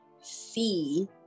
see